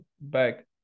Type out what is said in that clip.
back